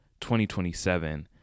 2027